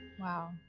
Wow